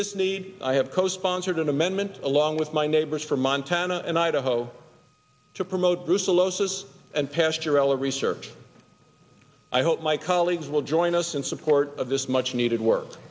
this need i have co sponsored an amendment along with my neighbors from montana and idaho to promote brucellosis and pasteurella research i hope my colleagues will join us in support of this much needed work